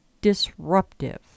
disruptive